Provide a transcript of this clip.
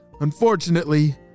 unfortunately